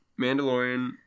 Mandalorian